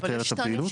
נתאר את הפעילות.